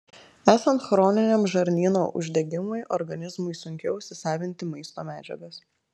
esant chroniniam žarnyno uždegimui organizmui sunkiau įsisavinti maisto medžiagas